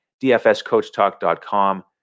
dfscoachtalk.com